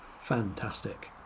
fantastic